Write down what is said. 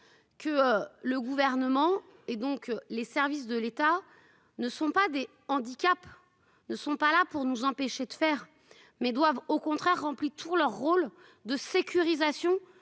Que le gouvernement et donc les services de l'État ne sont pas des handicaps. Ne sont pas là pour nous empêcher de faire mais doivent au contraire rempli tout leur rôle de sécurisation